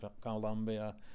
Colombia